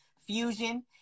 fusion